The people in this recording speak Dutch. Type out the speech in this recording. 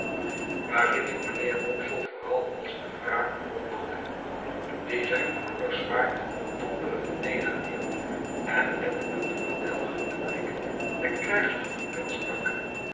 waarin ik mijnheer wopsle vooral als de wraak bewonderde die zijn bloedig zwaard donderend nederwierp en met een verdelgenden blik de krijgstrompet stak